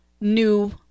new